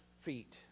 feet